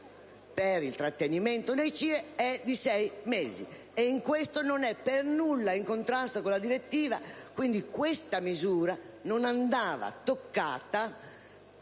per il trattenimento nei CIE è di sei mesi, e in questo non è per nulla in contrasto con la direttiva. Quindi, questa misura non andava toccata